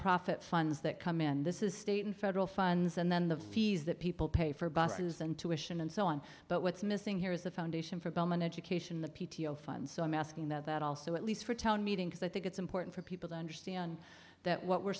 profit funds that come in this is state and federal funds and then the fees that people pay for buses and tuition and so on but what's missing here is the foundation for bellman education the p t o fund so i'm asking that also at least for a town meeting because i think it's important for people to understand that what we're